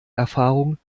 erfahrung